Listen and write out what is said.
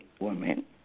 woman